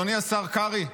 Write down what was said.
אדוני השר קרעי,